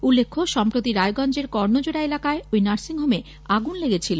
উল্লেখ্য সম্প্রতি রায়গঞ্জের কর্ণজোড়া এলাকায় ঐ নার্সিংহোমে আগুন লেগেছিল